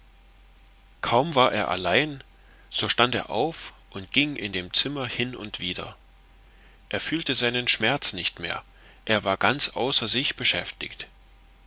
kaum war er allein so stand er auf und ging in dem zimmer hin und wider er fühlte seinen schmerz nicht mehr er war ganz außer sich beschäftigt